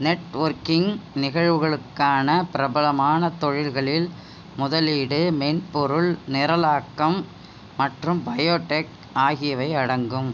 networking நிகழ்வுகளுக்கான பிரபலமான தொழில்களில் முதலீடு மென்பொருள் நிரலாக்கம் மற்றும் பயோடெக் ஆகியவை அடங்கும்